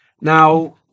Now